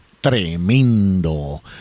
tremendo